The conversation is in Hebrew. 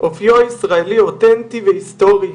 אופיו הישראלי אותנטי והיסטורי,